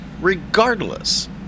regardless